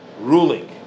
ruling